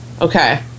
okay